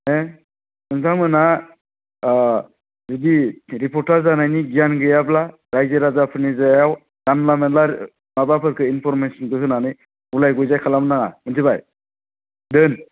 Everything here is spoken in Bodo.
हो नोंथांमोनहा अह बिदि रिपर्टार जानायनि गियान गैयाब्ला रायजो राजाफोरनि जायगायाव जानला मोनला माबाफोरखौ इनफरमेसनखौ होनानै गुलाय गुजाय खालामनो नाङा मिथिबाय दोन